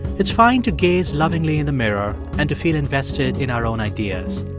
it's fine to gaze lovingly in the mirror and to feel invested in our own ideas.